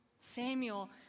Samuel